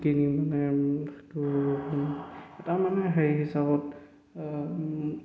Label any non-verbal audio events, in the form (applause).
কিনি মানে (unintelligible) হেৰি হিচাপত